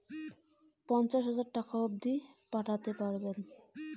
কতো টাকা অবধি পাঠা য়ায়?